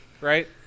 right